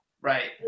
Right